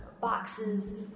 boxes